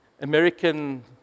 American